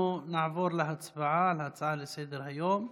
אנחנו נעבור להצבעה על העברת ההצעה לסדר-היום בנושא: